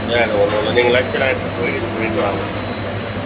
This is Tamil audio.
வேறு ஒன்றும் இல்லை நீங்கள் லன்ச்லாம் எடுத்துகிட்டு போய் இது பண்ணிவிட்டு வாங்க ஓகே ஓகே